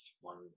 one